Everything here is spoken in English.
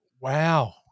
Wow